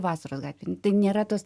vasaros gatvėj nėra tos